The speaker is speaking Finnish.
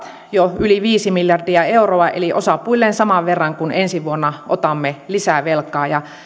jo yli viisi miljardia euroa eli osapuilleen saman verran kuin ensi vuonna otamme lisää velkaa ja